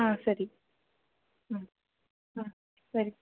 சரி ம் ஆ சரி